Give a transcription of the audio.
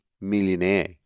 millionaire